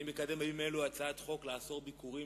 בימים אלה אני מקדם הצעת חוק לאיסור ביקורים